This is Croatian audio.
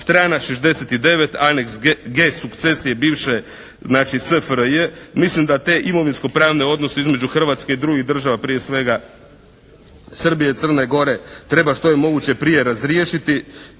Strana 69. aneks G sukcesije bivše znači SFRJ. Mislim da te imovinsko-pravne odnose između Hrvatske i drugih država prije svega Srbije i Crne Gore treba što je moguće prije razriješiti